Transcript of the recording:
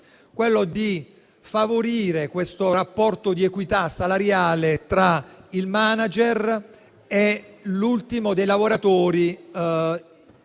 Olivetti: favorire il rapporto di equità salariale tra il *manager* e l'ultimo dei lavoratori